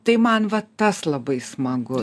tai man va tas labai smagu